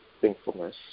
thankfulness